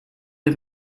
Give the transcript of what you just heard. der